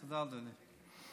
תודה, אדוני.